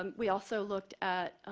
um we also looked at